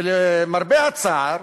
למרבה הצער,